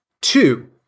Two